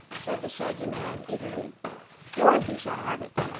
said the shaggy man, eagerly dorothy shall have it.